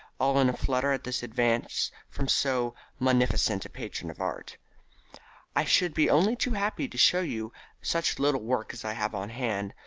all in a flutter at this advance from so munificent a patron of art i should be only too happy to show you such little work as i have on hand,